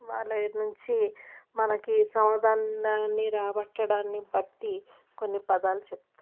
వాళ్ళ నుంచి మనకి సమాధానాన్ని రాబట్టడాన్ని బట్టి కొన్ని పదాలు చెప్తాం